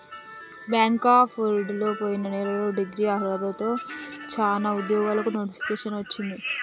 bank of బరోడలో పొయిన నెలలో డిగ్రీ అర్హతతో చానా ఉద్యోగాలకు నోటిఫికేషన్ వచ్చింది